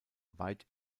weit